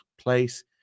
place